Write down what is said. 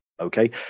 Okay